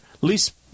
least